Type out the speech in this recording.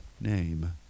name